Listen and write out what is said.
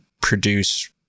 produce